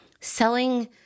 selling